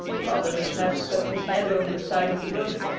father de smet stuck his head over the side of the boat.